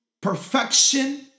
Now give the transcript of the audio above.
perfection